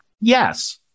Yes